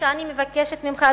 אני מבקשת ממך,